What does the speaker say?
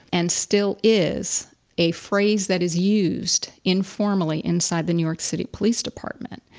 and still is a phrase that is used informally inside the new york city police department.